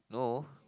no